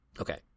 Okay